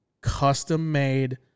custom-made